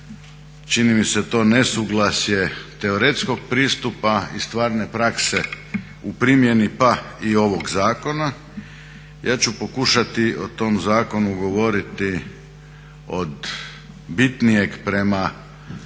čini mi se to nesuglasje teoretskog pristupa i stvarne prakse u primjeni pa i ovog zakona. Ja ću pokušati o tom zakonu govoriti od bitnijeg prema